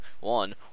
One